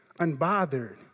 unbothered